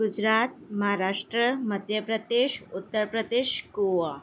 Gujarat Maharashtra Madhya Pradesh Uttar Pradesh Goa